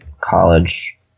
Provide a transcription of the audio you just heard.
college